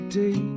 day